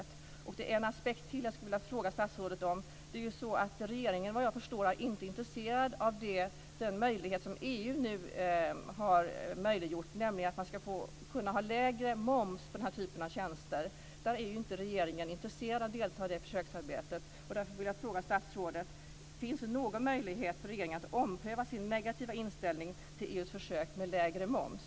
Det är ytterligare en aspekt som jag skulle vilja fråga statsrådet om. Vad jag kan förstå är regeringen inte intresserad av den möjlighet som EU nu erbjuder, nämligen att man ska kunna ha lägre moms på den här typen av tjänster. Men regeringen är inte intresserad av att delta i det försöksarbetet. Därför vill jag fråga statsrådet: Finns det någon möjlighet till att regeringen omprövar sin negativa inställning till EU:s försök med lägre moms?